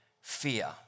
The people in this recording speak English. Fear